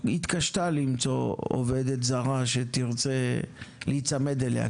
היא התקשתה למצוא עובדת זרה שתרצה להיצמד אליה,